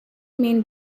main